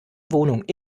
wohnung